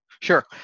Sure